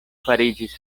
fariĝis